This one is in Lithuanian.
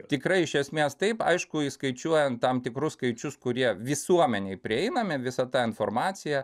tikrai iš esmės taip aišku įskaičiuojant tam tikrus skaičius kurie visuomenei prieinami visa ta informacija